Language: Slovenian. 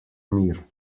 mir